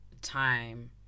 time